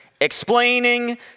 explaining